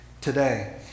today